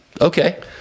okay